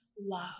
love